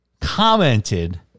commented